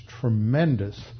tremendous